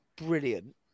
brilliant